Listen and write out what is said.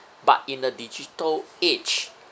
but in the digital age